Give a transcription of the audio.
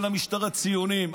אני לא נותן למשטרה ציונים.